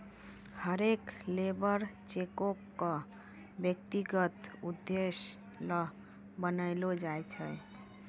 हरेक लेबर चेको क व्यक्तिगत उद्देश्य ल बनैलो जाय छै